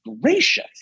gracious